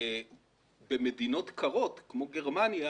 שבמדינות קרות כמו גרמניה